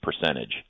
percentage